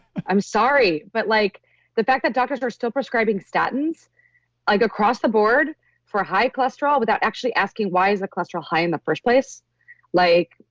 i'm sorry, but like the fact that doctors are still prescribing statins like across the board for high cholesterol without actually asking why is the cholesterol high in the first place like,